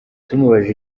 tumubajije